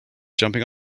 jumping